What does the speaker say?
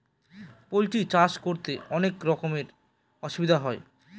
poultry চাষ করতে অনেক রকমের অসুবিধা হয়